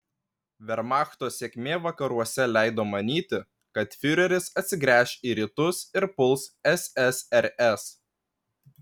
vermachto sėkmė vakaruose leido manyti kad fiureris atsigręš į rytus ir puls ssrs